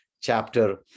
chapter